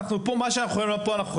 מילה